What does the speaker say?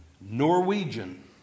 Norwegian